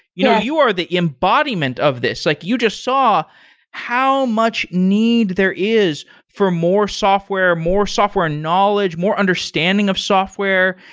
you know you are the embodiment of this. like you just saw how much need there is for more software, more software knowledge, more understanding of software.